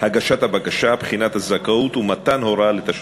הגשת הבקשה, בחינת הזכאות ומתן הוראה לתשלום.